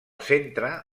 centre